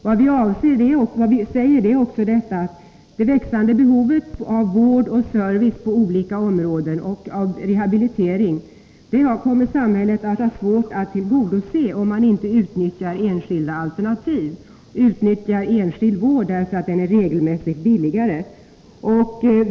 Vi säger också att det växande behovet av vård och service på olika områden samt behovet av rehabilitering, det kommer samhället att ha svårt att tillgodose om man inte utnyttjar enskilda alternativ, utnyttjar enskild vård, därför att den regelmässigt är billigare.